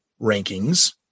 rankings